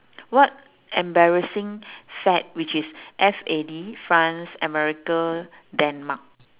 what embarrassing fad which is F A D france america denmark